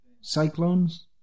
Cyclones